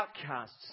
outcasts